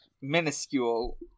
minuscule